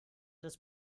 das